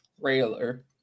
trailer